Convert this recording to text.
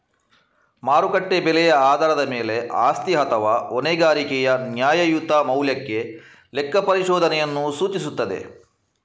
ಮಾರುಕಟ್ಟೆ ಬೆಲೆಯ ಆಧಾರದ ಮೇಲೆ ಆಸ್ತಿ ಅಥವಾ ಹೊಣೆಗಾರಿಕೆಯ ನ್ಯಾಯಯುತ ಮೌಲ್ಯಕ್ಕೆ ಲೆಕ್ಕಪರಿಶೋಧನೆಯನ್ನು ಸೂಚಿಸುತ್ತದೆ